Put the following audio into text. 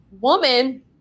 woman